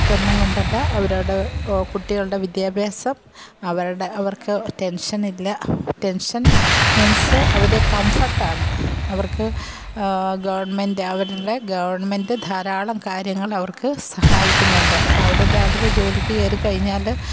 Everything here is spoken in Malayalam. മറ്റൊന്നും കൊണ്ടല്ല അവരുട കുട്ടികളുടെ വിദ്യഭ്യസം അവരുടെ അവർക്ക് ടെൻഷൻ ഇല്ല ടെൻഷൻ മീൻസ് അവർ കംഫർടാണ് അവർക്ക് ഗവൺമെൻറ്റ് അവരുടെ ഗവൺമെൻറ്റ് ധാരാളം കാര്യങ്ങൾ അവർക്ക് സഹായിക്കുന്നുണ്ട് അപ്പോൾ അവർ അതിൽ ജോലിക്ക് കയറിക്കഴിഞ്ഞാൽ